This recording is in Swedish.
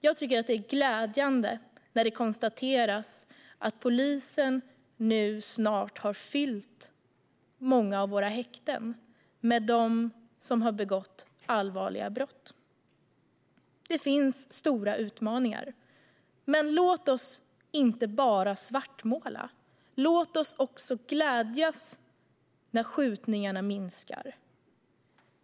Jag tycker att det är glädjande när det konstateras att polisen nu snart har fyllt många av våra häkten med dem som har begått allvarliga brott. Det finns stora utmaningar. Men låt oss inte bara svartmåla; låt oss också glädjas när skjutningarna minskar.